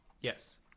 Yes